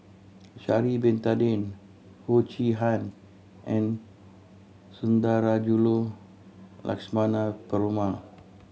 Sha'ari Bin Tadin Foo Chee Han and Sundarajulu Lakshmana Perumal